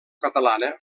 catalana